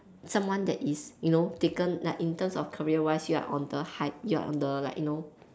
someone that is you know taken like in terms of career wise you are on the high you are on the like you know